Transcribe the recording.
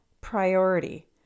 priority